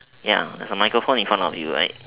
ya there is a microphone in front of you right